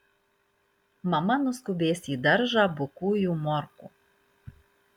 mama nuskubės į daržą bukųjų morkų